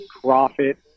profit